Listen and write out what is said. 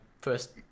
first